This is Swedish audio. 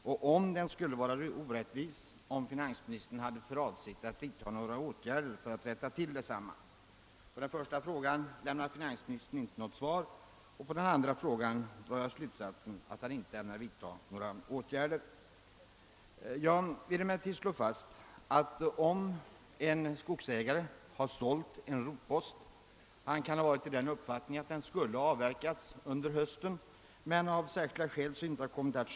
Den andra var formulerad så: >»Om inte, är finansministern beredd att medverka till att denna orättvisa elimineras?» På den första frågan har finansministern inte lämnat något svar, och av svaret på den andra frågan drar jag den slutsatsen att finansministern inte ämnar vidta några åtgärder. En skogsägare kan ha sålt en rotpost och då haft uppfattningen att avverkning av skogen skulle ske under hösten, men av någon anledning har så inte blivit fallet.